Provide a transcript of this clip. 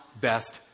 best